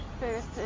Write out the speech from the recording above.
first